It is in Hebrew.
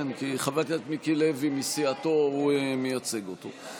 כי חבר הכנסת מיקי לוי מסיעתו מייצג אותו.